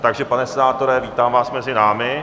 Takže pane senátore, vítám vás mezi námi.